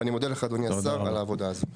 ואני מודה לך אדוני השר על העבודה הזאת.